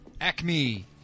acme